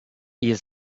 ihr